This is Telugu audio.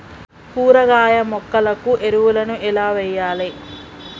కూరగాయ మొక్కలకు ఎరువులను ఎలా వెయ్యాలే?